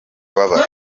kababaro